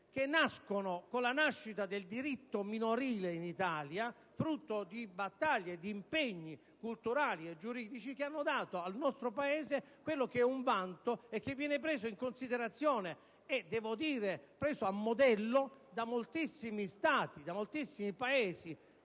che nascono con la nascita del diritto minorile in Italia, frutto di battaglie e di impegni culturali e giuridici che hanno dato al nostro Paese quello che è un vanto e che viene preso in considerazione e anche a modello da moltissimi Paesi civili ed